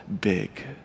big